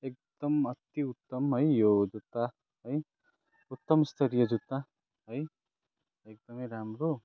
एकदम अति उत्तम है यो जुत्ता है उत्तम स्तरीय जुत्ता है एकदमै राम्रो